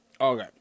okay